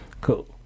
Cool